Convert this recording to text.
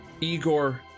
Igor